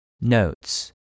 Notes